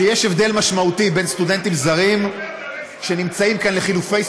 שיש הבדל משמעותי בין סטודנטים זרים שנמצאים כאן לחילופי סטודנטים,